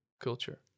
culture